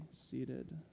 seated